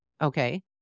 Okay